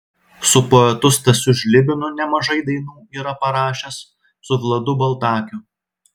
su poetu stasiu žlibinu nemažai dainų yra parašęs su vladu baltakiu